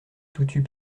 toutut